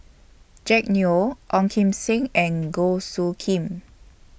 Jack Neo Ong Kim Seng and Goh Soo Khim